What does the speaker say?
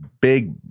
big